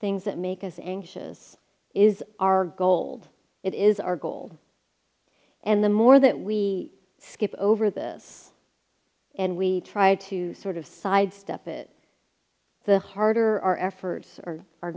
things that make us anxious is our gold it is our goal and the more that we skip over this and we try to sort of sidestep it the harder our efforts are are